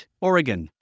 Oregon